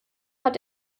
hat